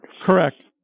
Correct